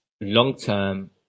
long-term